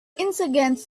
insurgents